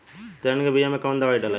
तेलहन के बिया मे कवन दवाई डलाई?